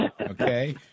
Okay